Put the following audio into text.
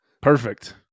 Perfect